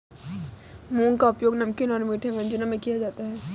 मूंग का उपयोग नमकीन और मीठे व्यंजनों में किया जाता है